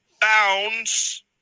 bounds